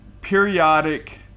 Periodic